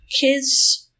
kids